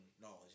knowledge